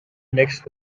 next